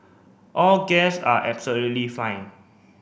all guest are absolutely fine